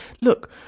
look